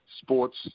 sports